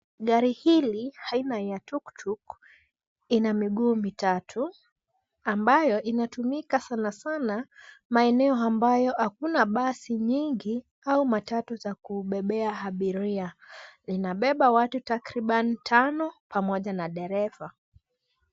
Gari hili aina ya tuktuk ina magurudumu mitatu, ambayo inatumika sanasana maeneo ambayo hakuna basi nyingi au matatu za kubebea abiria. Linabeba watu takribani tano, pamoja na dereva.